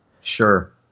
Sure